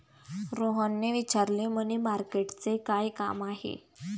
रोहनने विचारले, मनी मार्केटचे काय काम आहे?